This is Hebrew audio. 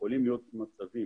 יכולים להיות מצבים